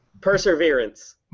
Perseverance